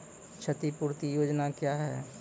क्षतिपूरती योजना क्या हैं?